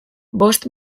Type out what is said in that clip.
bost